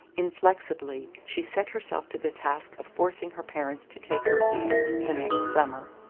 inflexibly, she set herself to the task of forcing her parents to take her east the next summer.